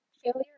Failure